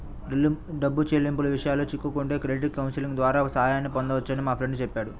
డబ్బు చెల్లింపుల విషయాల్లో చిక్కుకుంటే క్రెడిట్ కౌన్సిలింగ్ ద్వారా సాయాన్ని పొందొచ్చని మా ఫ్రెండు చెప్పాడు